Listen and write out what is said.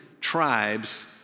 tribes